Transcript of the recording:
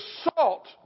assault